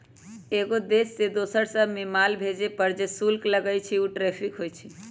एगो देश से दोसर देश मे माल भेजे पर जे शुल्क लगई छई उ टैरिफ होई छई